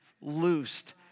loosed